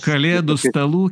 kalėdų stalų